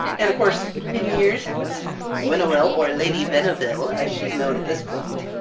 and of course, hidden years! that's winnowill, or lady venovel, and she's known at this point.